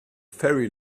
ferry